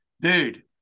dude